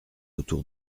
autour